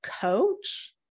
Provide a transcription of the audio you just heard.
coach